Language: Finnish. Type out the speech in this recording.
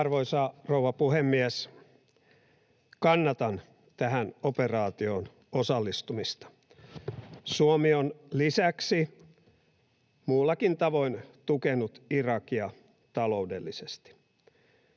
Arvoisa rouva puhemies! Kannatan tähän operaatioon osallistumista. Suomi on lisäksi muullakin tavoin tukenut Irakia taloudellisesti.